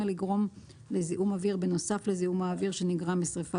יגרום לזיהום אוויר בנוסף לזיהום האוויר שנגרם משריפת